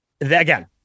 again